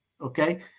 Okay